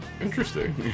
Interesting